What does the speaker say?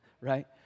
right